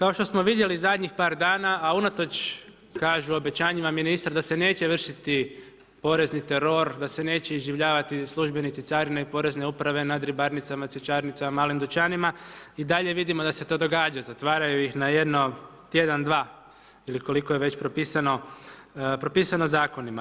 Kao što smo vidjeli zadnjih par dana a unatoč kažu obećanjima ministar da se neće vršiti porezni teror, da se neće iživljavati službenici carine, porezne uprave, nad ribarnicama, cvjećarnicama, malim dućanima i dalje vidimo da se to događa, zatvaraju ih na jedno tjedan, dva ili koliko je već propisano zakonima.